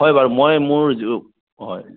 হয় বাৰু মই মোৰ হয়